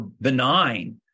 benign